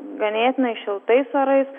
ganėtinai šiltais orais